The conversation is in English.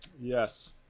Yes